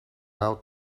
out